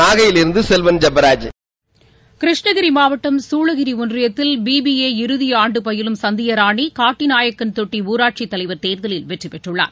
நாகையிலிருந்து செல்வன் ஜெபாஜ்ட கிருஷ்ணகிரி மாவட்டம் சூளகிரி ஒன்றியத்தில் பி ஏ இறுதி ஆண்டு பயிலும் சந்திய ராணி காட்டினாயக்கன் தொட்டி ஊராட்சி தலைவர் தேர்தலில் வெற்றி பெற்றுள்ளார்